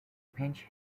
pinch